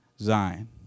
Zion